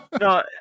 No